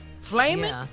Flaming